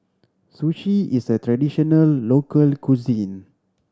sushi is a traditional local cuisine